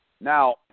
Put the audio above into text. Now